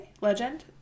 legend